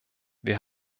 wir